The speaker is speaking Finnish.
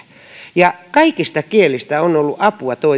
ja kaikista kielistä on ollut apua